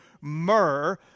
myrrh